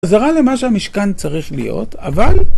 חזרה למה שהמשכן צריך להיות אבל